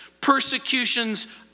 persecutions